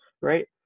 right